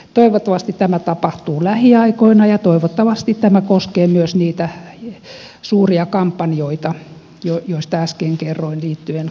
toivottavasti tämä tapahtuu lähiaikoina ja toivottavasti tämä koskee myös niitä suuria kampanjoita joista äsken kerroin liittyen